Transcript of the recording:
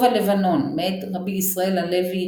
טוב הלבנון - מאת רבי ישראל הלוי